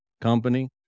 company